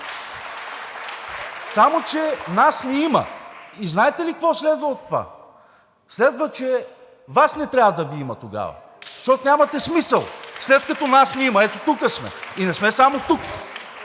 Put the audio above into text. Само че нас ни има! И знаете ли какво следва от това? Следва, че Вас не трябва да ви има тогава, защото нямате смисъл, след като нас ни има. Ето, тук сме и не сме само тук.